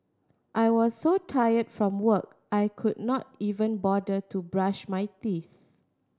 I was so tired from work I could not even bother to brush my teeth